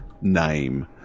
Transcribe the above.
name